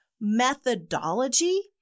methodology